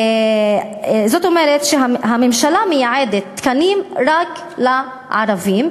זאת אומרת שהממשלה מייעדת תקנים רק לערבים,